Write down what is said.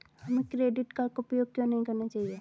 हमें credit card का उपयोग क्यों नहीं करना चाहिए?